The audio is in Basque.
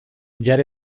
jar